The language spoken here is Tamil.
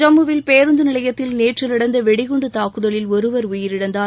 ஜம்முவில் பேருந்து நிலையத்தில் நேற்று நடந்த வெடி குண்டு தாக்குதலில் ஒருவர் உயிரிழந்தார்